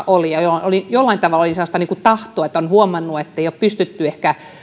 oli kauden lopussa jolloin jollain tavalla oli sellaista tahtoa että on huomannut ettei ole pystytty ehkä